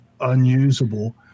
unusable